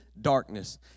darkness